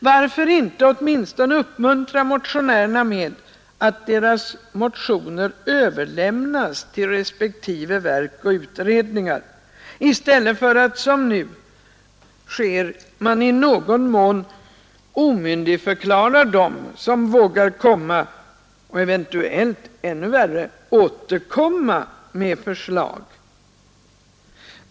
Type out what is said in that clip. Varför inte åtminstone uppmuntra motionärerna med att deras motioner överlämnas till respektive verk och utredningar i stället för att, som nu sker, i någon mån omyndigförklara dem som vågar komma och eventuellt — ännu värre — återkomma med förslag.